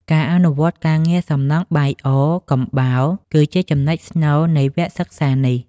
ការអនុវត្តការងារសំណង់បាយអកំបោរគឺជាចំណុចស្នូលនៃវគ្គសិក្សានេះ។